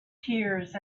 tears